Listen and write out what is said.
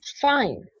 fine